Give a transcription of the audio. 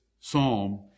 psalm